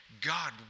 God